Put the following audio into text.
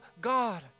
God